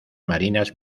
marinas